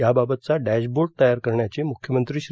याबाबतचा dashboard तयार करण्याचे मुख्यमंत्री श्री